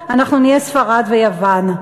אנחנו נהיה ספרד ויוון,